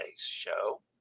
show